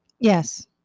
Yes